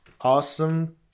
awesome